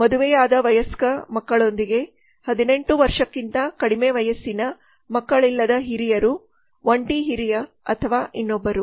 ಮದುವೆಯಾದ ವಯಸ್ಕರು ಮಕ್ಕಳೊಂದಿಗೆ 18 ವರ್ಷಕ್ಕಿಂತ ಕಡಿಮೆ ವಯಸ್ಸಿನ ಮಕ್ಕಳಿಲ್ಲದ ಹಿರಿಯರು ಒಂಟಿ ಹಿರಿಯ ಅಥವಾ ಇನ್ನೊಬ್ಬರು